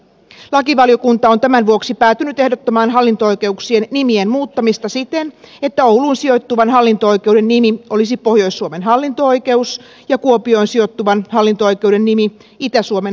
lakivaliokunta on tämän vuoksi päätynyt ehdottamaan hallinto oikeuksien nimien muuttamista siten että ouluun sijoittuvan hallinto oikeuden nimi olisi pohjois suomen hallinto oikeus ja kuopioon sijoittuvan hallinto oikeuden nimi itä suomen hallinto oikeus